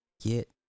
get